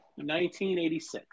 1986